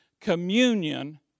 communion